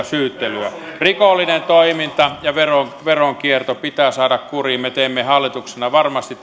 syyttelyä rikollinen toiminta ja veronkierto pitää saada kuriin me teemme hallituksena varmasti